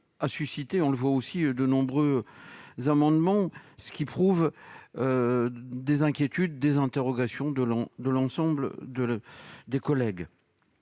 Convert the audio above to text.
celui-ci a suscité de nombreux amendements, ce qui prouve les inquiétudes et les interrogations de l'ensemble de nos collègues.